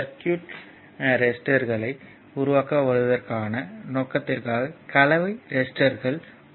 circuit ரெசிஸ்டர்களை உருவாக்குவதற்கான நோக்கத்திற்காக கலவை ரெசிஸ்டர்கள் உள்ளன